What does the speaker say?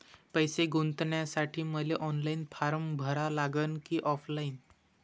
पैसे गुंतन्यासाठी मले ऑनलाईन फारम भरा लागन की ऑफलाईन?